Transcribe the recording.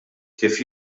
kif